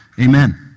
Amen